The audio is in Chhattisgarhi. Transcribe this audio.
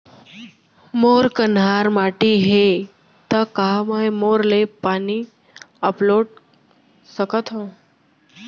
मोर कन्हार माटी हे, त का मैं बोर ले पानी अपलोड सकथव?